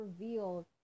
revealed